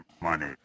money